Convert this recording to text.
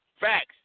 Facts